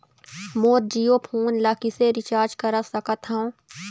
मोर Jio phone ला किसे recharge करा सकत हवं?